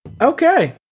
Okay